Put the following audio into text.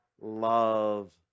love